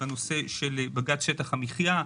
בנושא של בג"ץ שטח המחייה,